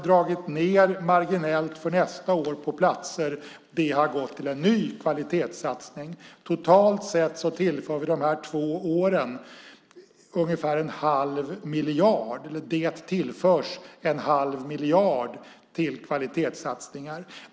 Det vi marginellt dragit ned på antalet platser nästa år har gått till en ny kvalitetssatsning. Totalt sett tillförs under dessa två år ungefär 1⁄2 miljard till kvalitetssatsningar.